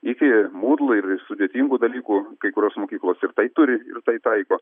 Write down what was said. iki mūdlai ir sudėtingų dalykų kai kurios mokyklos ir tai turi ir taiko